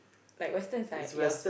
like western is like your